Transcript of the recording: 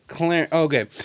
Okay